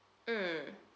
mm